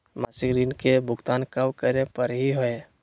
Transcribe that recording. मासिक ऋण के भुगतान कब करै परही हे?